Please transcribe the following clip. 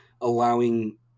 allowing